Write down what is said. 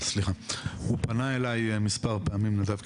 הוא פנה אלי מספר פעמים נדב,